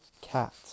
Cat